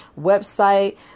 website